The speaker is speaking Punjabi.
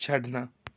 ਛੱਡਣਾ